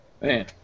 Man